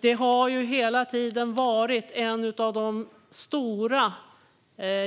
Det har hela tiden varit en av de stora